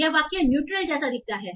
यह वाक्य न्यूट्रल जैसा दिखता है